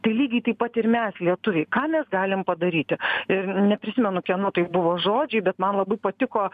tai lygiai taip pat ir mes lietuviai ką mes galim padaryti ir neprisimenu kieno tai buvo žodžiai bet man labai patiko